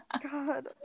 God